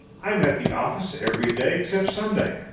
i am at the office every day except sunday,